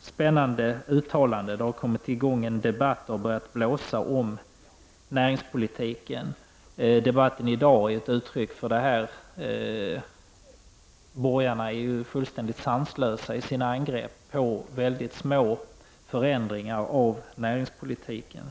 spännande uttalanden. Det har kommit i gång en debatt, och det har börjat blåsa om näringspolitiken. Debatten i dag är ett uttryck för det. ”Borgarna” är ju fullständigt sanslösa i sina angrepp på mycket små förändringar av näringspolitiken.